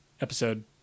episode